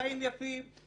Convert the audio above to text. החיים יפים.